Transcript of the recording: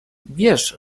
wiesz